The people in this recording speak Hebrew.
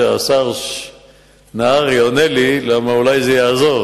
הצעת חוק זו היא הצעת חוק פרטית פ/1064,